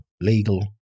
legal